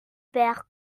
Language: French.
père